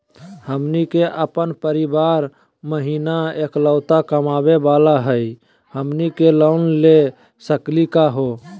हमनी के अपन परीवार महिना एकलौता कमावे वाला हई, हमनी के लोन ले सकली का हो?